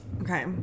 Okay